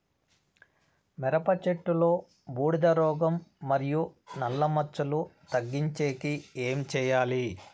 మిరప చెట్టులో బూడిద రోగం మరియు నల్ల మచ్చలు తగ్గించేకి ఏమి చేయాలి?